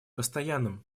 постоянным